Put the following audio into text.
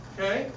Okay